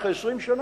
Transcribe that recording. אחרי 20 שנה,